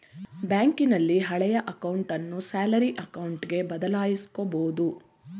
ಬ್ಯಾಂಕಿನಲ್ಲಿ ಹಳೆಯ ಅಕೌಂಟನ್ನು ಸ್ಯಾಲರಿ ಅಕೌಂಟ್ಗೆ ಬದಲಾಯಿಸಕೊಬೋದು